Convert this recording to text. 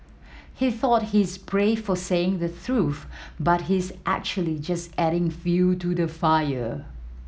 he thought he's brave for saying the truth but he's actually just adding fuel to the fire